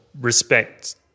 respect